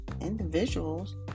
individuals